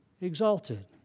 exalted